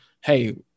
hey